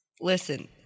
Listen